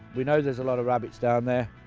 we know there's a lot of rabbits down there,